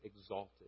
exalted